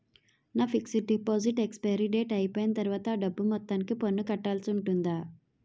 నా fixed deposit expiry date అయిపోయిన తర్వాత అ డబ్బు మొత్తానికి పన్ను కట్టాల్సి ఉంటుందా?